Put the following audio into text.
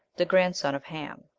the grandson of ham.